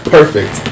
Perfect